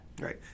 Right